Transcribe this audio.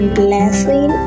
blessing